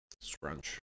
Scrunch